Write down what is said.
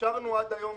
אפשרנו עד היום.